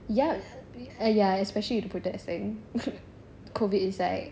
ya ya especially with the protest thing COVID is like